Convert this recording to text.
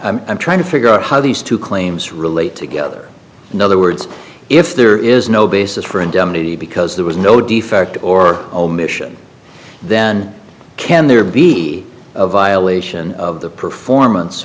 i'm trying to figure out these two claims relate together in other words if there is no basis for indemnity because there was no defect or omission then can there be a violation of the performance